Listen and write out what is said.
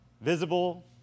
visible